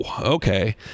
okay